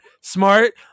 smart